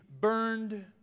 burned